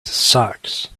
sucks